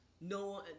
no –